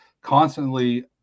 constantly